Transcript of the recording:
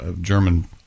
German